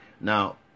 now